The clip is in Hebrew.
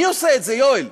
מי עושה את זה, יואל?